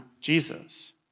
Jesus